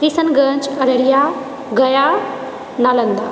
Kishanganj Araria Gaya Nalanda